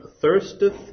Thirsteth